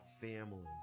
families